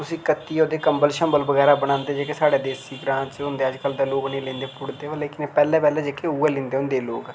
उसी कत्ती ओड़दे कंबल शंबल बगैरा बनांदे जेह्के साढ़ै देसी एह् ग्रांऽ च होंदे अज्जकल दे लोक निं लैंदे पुट्टदे लेकिन पर पैह्लें पैह्लें जेह्के लोग उऐ लैंदे होंदे हे लोक